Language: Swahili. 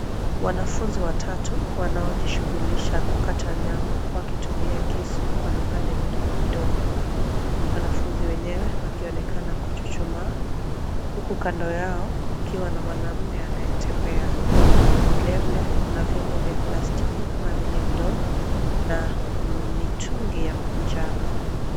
Wanafunzi watatu wanaojishughulisha kukata nyama, wakitumia kisu kwa vipande vidogo vidogo. Wanafunzi wenyewe wakionekana kuchuchumaa; huku kando yao kukiwa na mwanaume anayetembea. Vile vile kuna vyombo vya plastiki kama vile ndoo na mitungi ya njano.